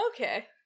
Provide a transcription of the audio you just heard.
okay